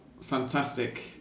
fantastic